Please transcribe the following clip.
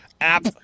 app